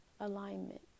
Alignment